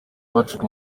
patrick